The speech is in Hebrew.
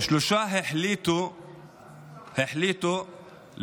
שלוש החליטו לעוף.